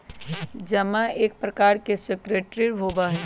जमा एक प्रकार के सिक्योरिटी होबा हई